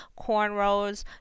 cornrows